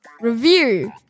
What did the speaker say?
review